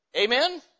Amen